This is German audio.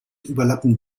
überlappen